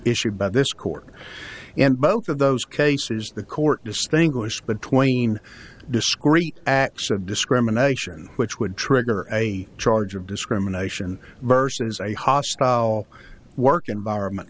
issued by this court and both of those cases the court distinguish between discrete acts of discrimination which would trigger a charge of discrimination versus a hostile work environment